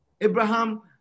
Abraham